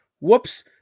Whoops